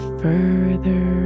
further